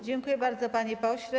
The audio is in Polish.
Dziękuję bardzo, panie pośle.